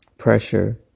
pressure